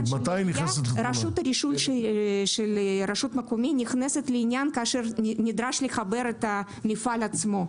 רשות רישוי של רשות מקומית נכנסת לעניין כשנדרש לחבר את המפעל עצמו.